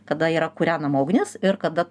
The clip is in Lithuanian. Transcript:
kada yra kūrenama ugnis ir kada